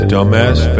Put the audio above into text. Dumbass